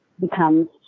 becomes